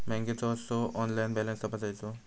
बँकेचो कसो online balance तपासायचो?